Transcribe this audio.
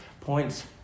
points